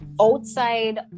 outside